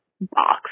box